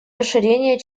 расширения